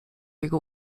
jego